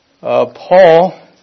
Paul